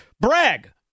brag